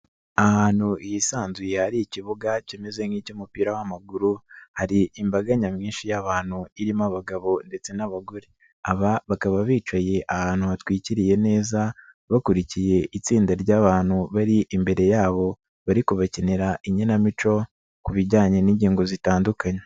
Ahantu hisanzuye hari ikibuga kimeze nk'icy'umupira w'amaguru hari imbaga nyamwinshi y'abantu irimo abagabo ndetse n'abagore, aba bakaba bicaye ahantu batwikiriye neza bakurikiye itsinda ry'abantu bari imbere yabo bari kubakinira inkinamico ku bijyanye n'ingingo zitandukanye.